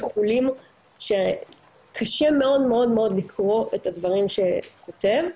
איחולים שקשה מאוד לקרוא את הדברים שהוא כותב.